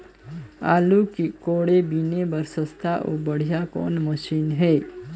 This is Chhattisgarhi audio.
आलू कोड़े बीने बर सस्ता अउ बढ़िया कौन मशीन हे?